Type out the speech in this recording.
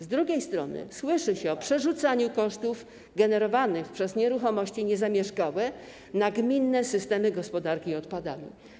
Z drugiej strony słyszy się o przerzucaniu kosztów generowanych przez nieruchomości niezamieszkałe na gminne systemy gospodarki odpadami.